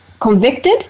convicted